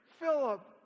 Philip